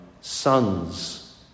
sons